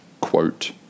quote